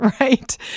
Right